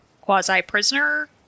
quasi-prisoner